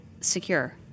secure